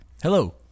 Hello